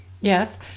Yes